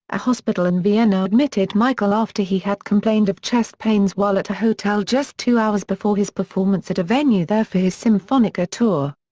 a hospital in vienna admitted michael after he had complained of chest pains while at a hotel just two hours before his performance at a venue there for his symphonica tour.